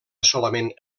solament